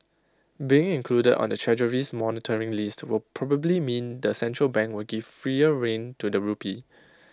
being included on the Treasury's monitoring list will probably mean the central bank will give freer rein to the rupee